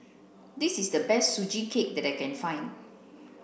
this is the best sugee cake that I can find